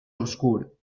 obscur